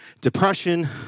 depression